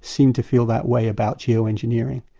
seem to feel that way about geoengineering,